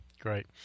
great